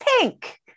pink